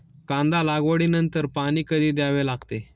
कांदा लागवडी नंतर पाणी कधी द्यावे लागते?